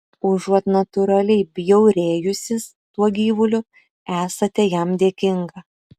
užuot natūraliai bjaurėjusis tuo gyvuliu esate jam dėkinga